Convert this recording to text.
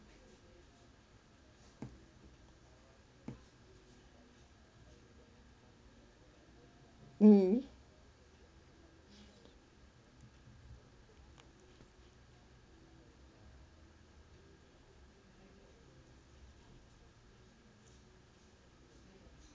mm